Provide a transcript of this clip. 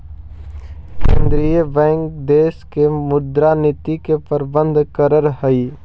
केंद्रीय बैंक देश के मुद्रा नीति के प्रबंधन करऽ हइ